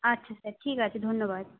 আচ্ছা স্যার ঠিক আছে ধন্যবাদ